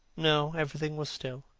no everything was still.